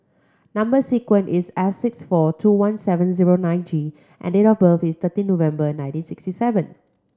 number sequence is S six four two one seven zero nine G and date of birth is thirteen November ninety sixty seven